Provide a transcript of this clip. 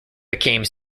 became